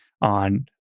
on